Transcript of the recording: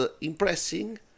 impressing